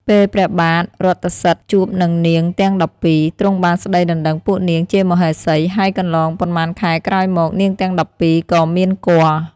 ពេលព្រះបាទរថសិទ្ធិជួបនឹងនាងទាំង១២ ទ្រង់បានស្តីដណ្តឹងពួកនាងជាមហេសី ហើយកន្លងប៉ុន្មានខែក្រោយមកនាងទាំង១២ ក៏មានគភ៌។